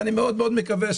ואני מאוד מאוד מקווה,